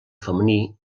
femení